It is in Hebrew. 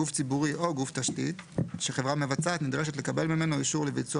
גוף ציבורי או גוף תשתית שחברה מבצעת נדרשת לקבל ממנו אישור לביצוע